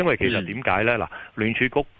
因为其实嗯。点解咧？嗱，联储局